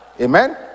Amen